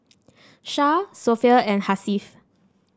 Shah Sofea and Hasif